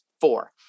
four